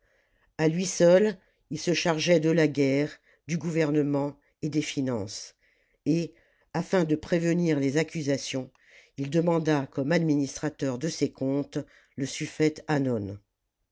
a lui seul il se chargeait de la guerre du gouvernement et des finances et afin de prévenir les ipo salammbo accusations ii demanda comme administrateur de ses comptes le suffète hannon